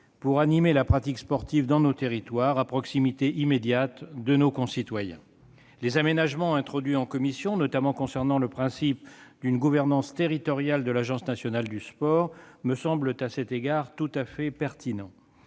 pour animer la pratique sportive dans nos territoires, à proximité immédiate de nos concitoyens. Les aménagements introduits en commission, notamment concernant le principe d'une gouvernance territoriale de l'Agence nationale du sport, me semblent à cet égard tout à fait pertinents.